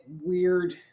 weird